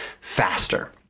faster